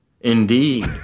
Indeed